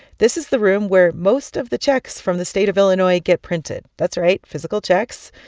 this is the room where most of the checks from the state of illinois get printed. that's right, physical checks.